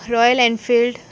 Royal Enfield